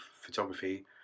photography